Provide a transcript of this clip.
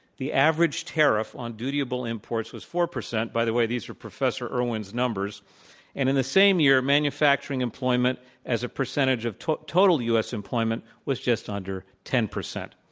the average tariff on dutiable imports was four percent by the way these are professor irwin's numbers and in the same year manufacturing employment as a percentage of to total us employment, was just under ten percent.